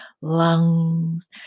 lungs